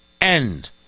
end